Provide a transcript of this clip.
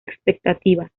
expectativas